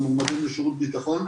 המועמדים לשירות ביטחון,